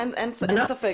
אין ספק.